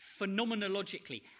phenomenologically